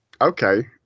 Okay